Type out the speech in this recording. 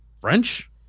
French